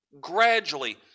gradually